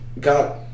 got